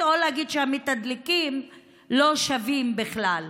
או להגיד שהמתדלקים לא שווים בכלל.